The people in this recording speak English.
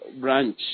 branch